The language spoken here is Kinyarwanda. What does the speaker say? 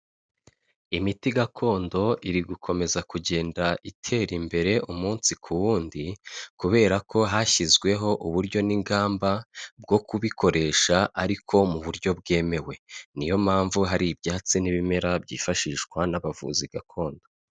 Imiti gakondo iri gukomeza kugenda itera imbere umunsi ku wundi kubera ko hashyizweho uburyo n'ingamba bwo kubikoresha ariko mu buryo bwemewe, niyo mpamvu hari ibyatsi n'ibimera byifashishwa n'abavuzi gakondo.